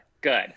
Good